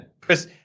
Chris